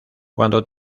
cuando